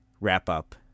wrap-up